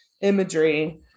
imagery